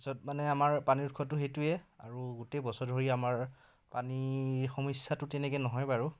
মানে আমাৰ পানীৰ উৎসটো সেইটোৱে আৰু গোটেই বছৰ ধৰি আমাৰ পানী সমস্যাটো তেনেকৈ নহয় বাৰু